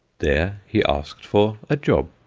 there he asked for a job.